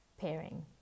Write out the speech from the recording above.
pairing